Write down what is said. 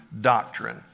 doctrine